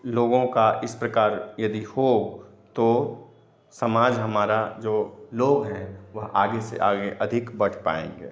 लोगों का इस प्रकार यदि हो तो समाज हमारा जो लोग हैं वह आगे से आगे अधिक बढ़ पायेंगे